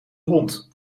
hond